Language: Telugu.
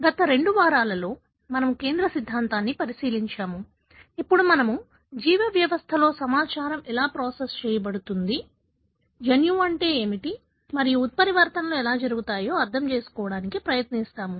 గత రెండు వారాలలో మనము కేంద్ర సిద్ధాంతాన్ని పరిశీలించాము ఇప్పుడు మనము జీవ వ్యవస్థలో సమాచారం ఎలా ప్రాసెస్ చేయబడుతుంది జన్యువు అంటే ఏమిటి మరియు ఉత్పరివర్తనలు ఎలా జరుగుతాయో అర్థం చేసుకోవడానికి ప్రయత్నిస్తాము